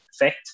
effect